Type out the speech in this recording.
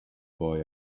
boy